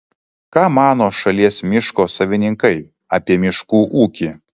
ką mano šalies miško savininkai apie miškų ūkį